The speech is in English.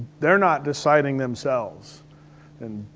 they're not deciding themselves and.